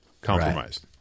compromised